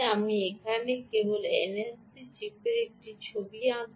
আমি এখানে কেবল এনএফসি চিপের একটি ছবি আঁকব